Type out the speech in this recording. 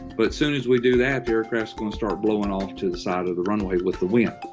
but soon as we do that, the aircraft's gonna start blowing off to the side of the runway with the wind.